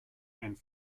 and